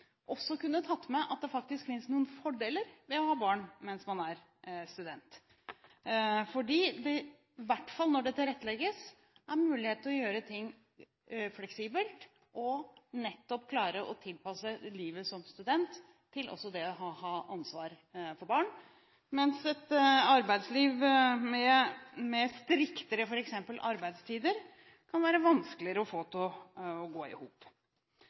også kunne tatt med at det faktisk fins noen fordeler ved å ha barn mens man er student. I hvert fall når det tilrettelegges, er det mulig å gjøre ting fleksibelt og nettopp klare å tilpasse livet som student til også det å ha ansvar for barn. Det kan være vanskeligere å få et arbeidsliv med f.eks. striktere arbeidstider til å gå i hop.